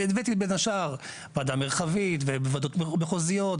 הבאתי בין השר וועדה מרחבית וועדות מחוזיות,